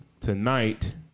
Tonight